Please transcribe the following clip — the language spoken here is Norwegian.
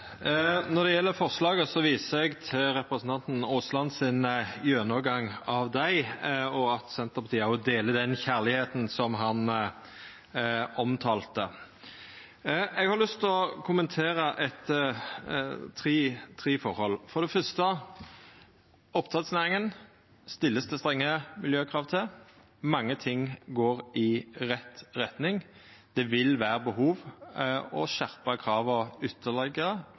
Når det gjeld forslaga, viser eg til representanten Aasland sin gjennomgang av dei. Senterpartiet deler òg den kjærleiken som han omtalte. Eg har lyst til å kommentera tre forhold. For det første: Det vert stilt strenge miljøkrav til oppdrettsnæringa. Mange ting går i rett retning. Det vil vera behov for å skjerpa krava ytterlegare